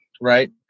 right